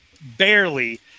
barely